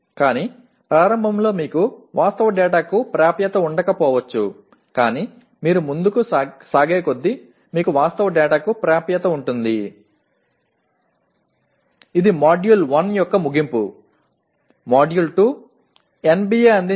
ஆனால் ஆரம்பத்தில் உங்களால் உண்மையான தகவலை அணுக முடியாது ஆனால் நீங்கள் அதனுடனே செல்லும்போது உண்மையான தகவலை அணுகலாம்